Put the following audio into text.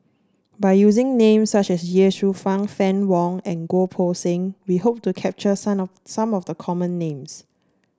by using names such as Ye Shufang Fann Wong and Goh Poh Seng we hope to capture some of some of the common names